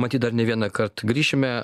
matyt dar ne vienąkart grįšime